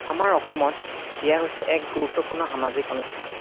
আমাৰ অসমত বিয়া হৈছে এক গুৰুত্বপূৰ্ণ সামাজিক অনুষ্ঠান